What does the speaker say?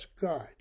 God